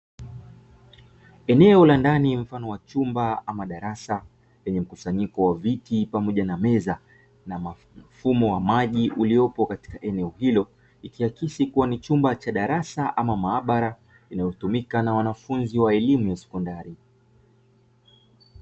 Eneo la ndani mfano wa chumba ama darasa, lenye mkusanyiko wa viti pamoja na meza, na mfumo wa maji uliopo katika eneo hilo. Ikiakisi kuwa ni chumba cha darasa ama maabara inayotumika na wanafunzi wa elimu ya sekondari.